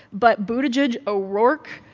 but buttigieg, o'rourke,